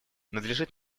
надлежит